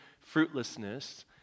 fruitlessness